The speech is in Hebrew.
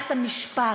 ממערכת המשפט?